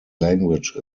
language